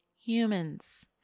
humans